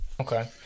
Okay